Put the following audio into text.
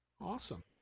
Awesome